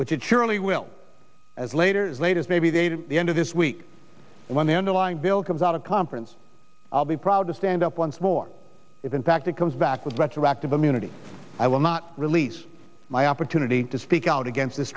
which it surely will as later latest maybe day to the end of this week when the underlying bill comes out of conference i'll be proud to stand up once more if in fact it comes back with retroactive immunity i will not release my opportunity to speak out against